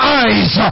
eyes